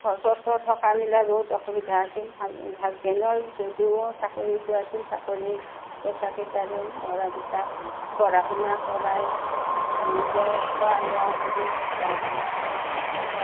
ঘৰ চৰত থকা মেলা বহুত অসুবিধা হৈছিল হাজ হাজবেণ্ডৰ যদিও চাকৰিটো আছিল চাকৰিৰ পইচাকেইটাৰে ল'ৰাদুটাক পঢ়া শুনা কৰাই নিজৰ খোৱা লোৱাখিনি